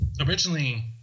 Originally